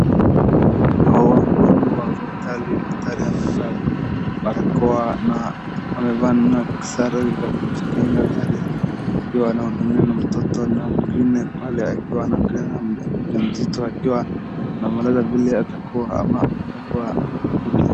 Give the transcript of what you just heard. Wahudumu wa hospitali daktari amevaa barakoa na amevaa na sare za kujikinga na akiwa anahudumia mtoto na mwingine pale akiwa anaangalia mjamzito akiwa anamweleza vile atakuwa ama atakuwa.